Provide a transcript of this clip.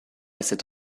cette